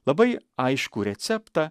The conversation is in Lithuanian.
labai aiškų receptą